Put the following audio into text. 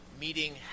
meeting